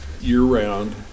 year-round